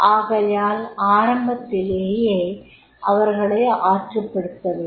ஆகையால் ஆரம்பத்திலேயே அவர்களை ஆற்றுப்படுத்தவேண்டும்